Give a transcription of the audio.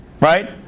right